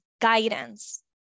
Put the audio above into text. guidance